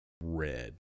red